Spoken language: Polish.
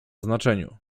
znaczeniu